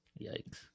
Yikes